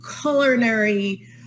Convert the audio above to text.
culinary